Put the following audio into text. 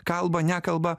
kalba nekalba